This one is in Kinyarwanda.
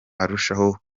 arushaho